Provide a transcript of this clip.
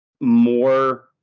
more